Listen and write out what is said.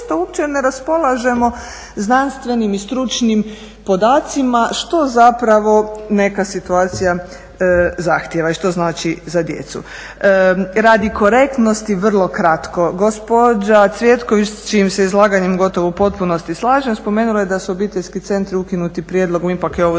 uopće ne raspolažemo znanstvenim i stručnim podacima što zapravo neka situacija zahtjeva i što znači za djecu. Radi korektnosti vrlo kratko, gospođa Cvjetović s čijim se izlaganjem gotovo u potpunosti slažem spomenula je da su obiteljski centri ukinuli prijedlog ipak je ovo